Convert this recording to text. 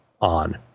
on